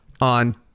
on